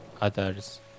others